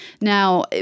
Now